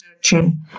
searching